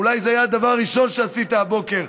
אולי זה היה הדבר הראשון שעשית הבוקר,